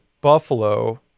Buffalo